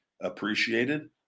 appreciated